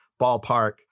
ballpark